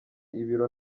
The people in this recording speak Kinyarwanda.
ibiro